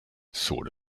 sort